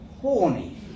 horny